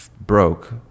broke